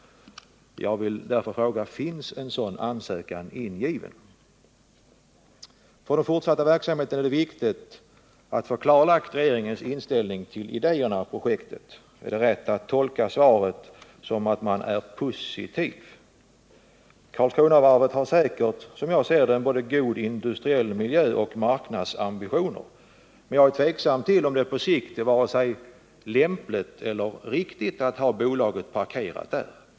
Jag vill därför fråga: Finns en sådan ansökan ingiven? För den fortsatta verksamheten är det viktigt att få regeringens inställning till idéerna för projektet klarlagd. Är det rätt att tolka svaret som att inställningen är positiv? Karlskronavarvet har säkert, som jag ser det, både en god industriell miljö och marknadsambitioner. Men jag är tveksam till om det på sikt är vare sig lämpligt eller riktigt att ha bolaget parkerat där.